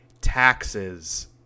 taxes